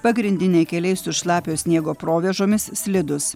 pagrindiniai keliai su šlapio sniego provėžomis slidūs